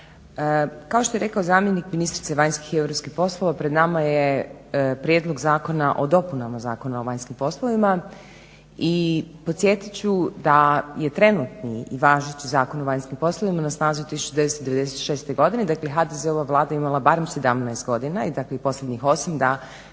Kao što je rekao zamjenik ministrice vanjskih i europskih poslova pred nama je Prijedlog zakona o dopunama zakona o vanjskim poslovima. I podsjetiti ću da je trenutni i važeći zakon o vanjskim poslovima na snazi od 1996. godine, dakle HDZ-ova Vlada je imala barem 17 godina i takvih posljednjih 8 da